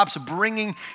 bringing